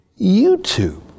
YouTube